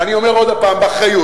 אני אומר עוד פעם באחריות,